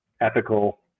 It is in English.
ethical